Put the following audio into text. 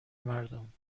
مردم